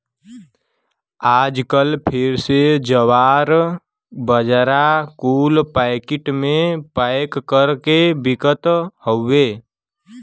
आजकल फिर से जवार, बाजरा कुल पैकिट मे पैक कर के बिकत हउए